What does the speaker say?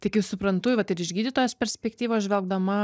tai kaip suprantu vat ir iš gydytojos perspektyvos žvelgdama